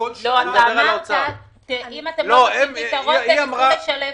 אמרת שאם לא מוצאים פתרון ינסו לשלב אותם.